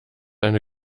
eine